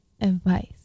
advice